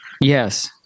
Yes